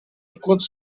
enquanto